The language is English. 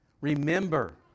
Remember